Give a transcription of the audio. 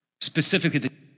Specifically